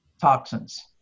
toxins